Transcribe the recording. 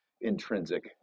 intrinsic